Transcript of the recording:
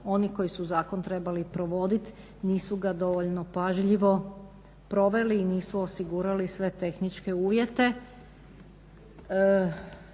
oni koji su zakon trebali provodit nisu ga dovoljno pažljivo proveli i nisu osigurali sve tehničke uvjete.